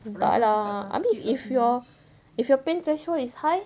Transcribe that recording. beranak habis if your if your pain threshold is high